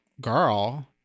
girl